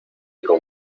con